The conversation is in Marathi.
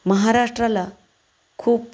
महाराष्ट्राला खूप